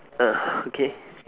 ah okay